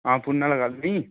आं पुन्न आह्ली गल्ल दी